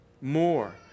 more